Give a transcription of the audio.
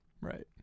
Right